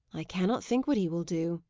i cannot think what he will do.